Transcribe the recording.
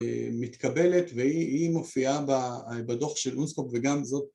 מתקבלת והיא מופיעה בדוח של אונסקופ וגם זאת